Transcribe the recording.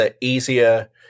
easier